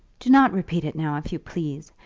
do not repeat it now, if you please.